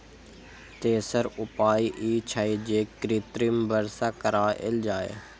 तेसर उपाय ई छै, जे कृत्रिम वर्षा कराएल जाए